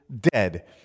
dead